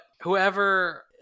whoever